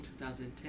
2010